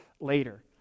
later